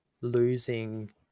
losing